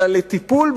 אלא לטיפול,